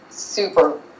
super